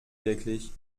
wirklich